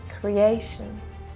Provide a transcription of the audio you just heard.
creations